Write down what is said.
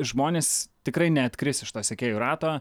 žmonės tikrai neatkris iš to sekėjų rato